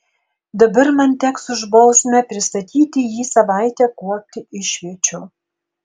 dabar man teks už bausmę pristatyti jį savaitę kuopti išviečių